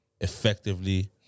effectively